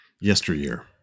yesteryear